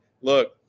look